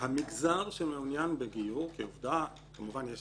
המגזר שמעוניין בגיור כי עובדה כמובן יש